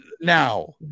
now